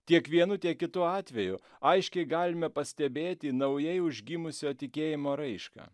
tiek vienu tiek kitu atveju aiškiai galime pastebėti naujai užgimusio tikėjimo raišką